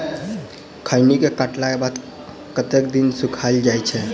खैनी केँ काटला केँ बाद कतेक दिन सुखाइल जाय छैय?